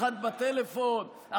אחת בטלפון,